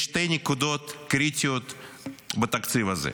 יש שתי נקודות קריטיות בתקציב הזה.